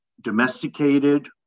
domesticated